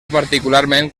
particularment